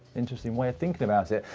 interesting way of thinking about it.